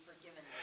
forgiven